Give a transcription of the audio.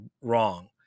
wrong